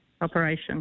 operation